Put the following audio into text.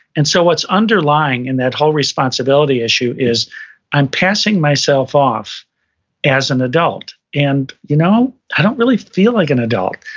and so, what's underlying in that whole responsibility issue is i'm passing myself off as an adult, and you know i don't really feel like an adult.